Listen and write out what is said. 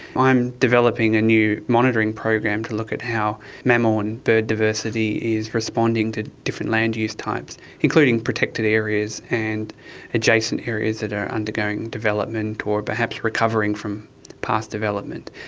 i'm developing a new monitoring program to look at how mammal and bird diversity is responding to different land-use types, including protected areas and adjacent areas that are undergoing development or perhaps recovering from past development.